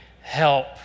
help